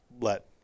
let